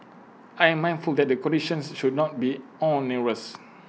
I am very mindful that the conditions should not be onerous